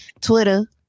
Twitter